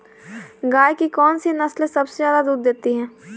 गाय की कौनसी नस्ल सबसे ज्यादा दूध देती है?